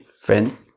Friends